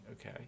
Okay